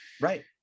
right